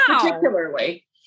Particularly